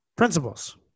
principles